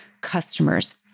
customers